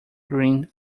green